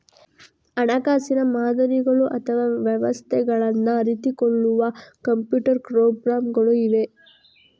ಹಣಕಾಸಿನ ಮಾದರಿಗಳು ಅಥವಾ ವ್ಯವಸ್ಥೆಗಳನ್ನ ಅರಿತುಕೊಳ್ಳುವ ಕಂಪ್ಯೂಟರ್ ಪ್ರೋಗ್ರಾಮುಗಳು ಇವೆ